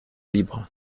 libre